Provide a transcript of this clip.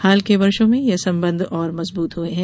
हाल के वर्षो में ये संबंध और मजबूत हुए हैं